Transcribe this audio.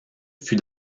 fut